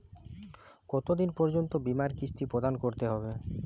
কতো দিন পর্যন্ত বিমার কিস্তি প্রদান করতে হবে?